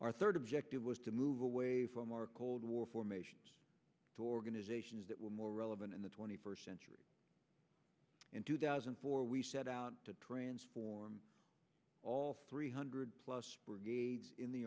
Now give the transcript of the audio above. our third objective was to move away from our cold war formations organizations that were more relevant in the twenty first century and two thousand and four we set out to transform all three hundred plus